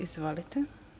Izvolite.